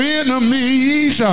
enemies